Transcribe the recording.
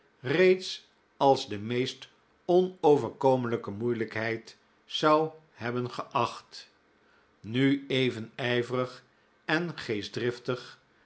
reeds als de meest onoverkomelijke moeilijkheid zou hebben geacht nu even ijverig en